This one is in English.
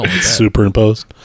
superimposed